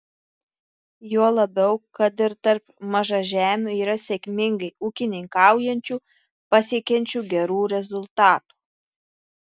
juo labiau kad ir tarp mažažemių yra sėkmingai ūkininkaujančių pasiekiančių gerų rezultatų